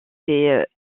des